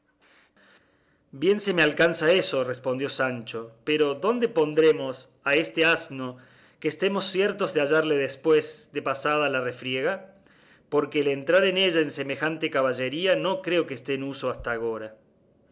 bien se me alcanza eso respondió sancho pero dónde pondremos a este asno que estemos ciertos de hallarle después de pasada la refriega porque el entrar en ella en semejante caballería no creo que está en uso hasta agora